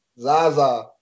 Zaza